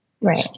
Right